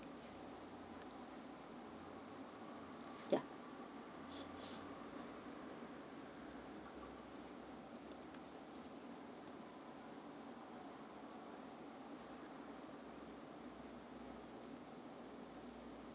ya